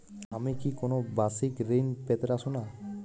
আমি কি কোন বাষিক ঋন পেতরাশুনা?